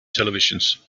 televisions